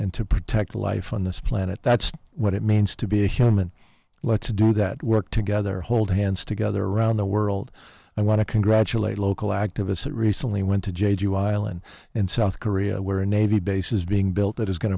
and to protect life on this planet that's what it means to be a human let's do that work together hold hands together around the world i want to congratulate local activists that recently went to jade you island in south korea where a navy base is being built that is going